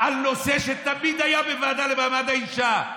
על נושא שתמיד היה בוועדה למעמד האישה.